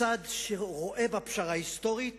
לצד שרואה בפשרה ההיסטורית